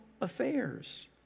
affairs